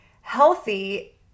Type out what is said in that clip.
Healthy